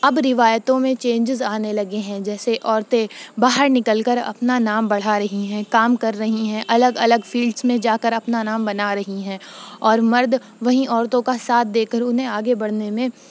اب روایتوں میں چینجز آنے لگے ہیں جیسے عورتیں باہر نکل کر اپنا نام بڑھا رہی ہیں کام کر رہی ہیں الگ الگ فیلڈس میں جا کر اپنا نام بنا رہی ہیں اور مرد وہیں عورتوں کا ساتھ دے کر انہیں آگے بڑھنے میں